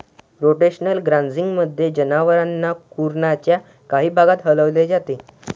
rotational ग्राझिंगमध्ये, जनावरांना कुरणाच्या काही भागात हलवले जाते